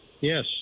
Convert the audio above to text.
Yes